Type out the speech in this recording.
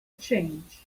change